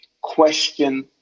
question